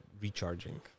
recharging